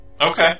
Okay